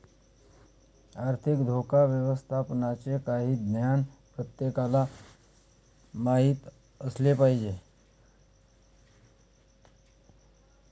आर्थिक धोका व्यवस्थापनाचे काही ज्ञान प्रत्येकाला माहित असले पाहिजे